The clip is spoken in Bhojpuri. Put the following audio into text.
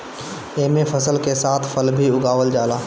एमे फसल के साथ फल भी उगावल जाला